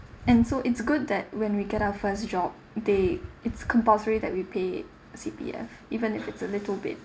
and so it's good that when we get our first job they it's compulsory that we pay C_P_F even if it's a little bit